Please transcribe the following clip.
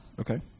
okay